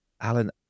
Alan